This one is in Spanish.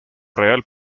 real